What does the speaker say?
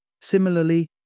Similarly